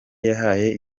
yahaye